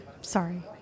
Sorry